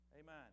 Amen